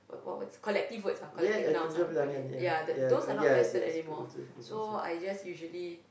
collective words collective nouns they call it ya those are not tested anymore so I usually